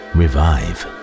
revive